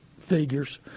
figures